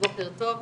בוקר טוב.